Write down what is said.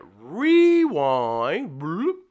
Rewind